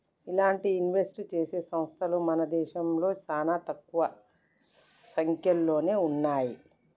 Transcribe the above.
ఇలాంటి ఇన్వెస్ట్ చేసే సంస్తలు మన దేశంలో చానా తక్కువ సంక్యలోనే ఉన్నయ్యి